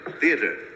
Theater